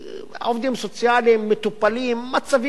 עובדים סוציאליים, מטופלים, מצבים קשים,